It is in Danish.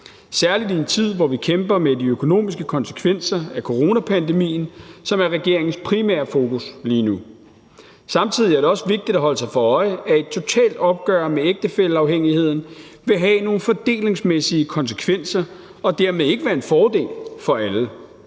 særlig i en tid, hvor vi kæmper med de økonomiske konsekvenser af coronapandemien, som er regeringens primære fokus lige nu. Samtidig er det også vigtigt at holde sig for øje, at et totalt opgør med ægtefælleafhængigheden vil have nogle fordelingsmæssige konsekvenser og dermed ikke være en fordel for alle.